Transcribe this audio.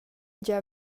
gia